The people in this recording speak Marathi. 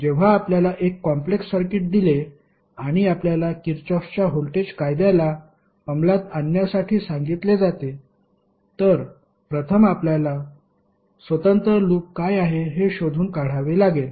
तर जेव्हा आपल्याला एक कॉम्प्लेक्स सर्किट दिले आणि आपल्याला किरचॉफच्या व्होल्टेज कायद्याला अमलात आणण्यासाठी सांगितले जाते तर प्रथम आपल्याला स्वतंत्र लूप काय आहे हे शोधून काढावे लागेल